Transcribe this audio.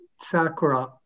Sakura